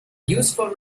useful